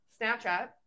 Snapchat